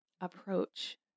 approach